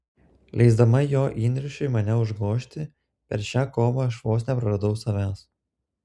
leisdama jo įniršiui mane užgožti per šią kovą aš vos nepraradau savęs